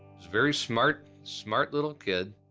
very smart, smart little kid.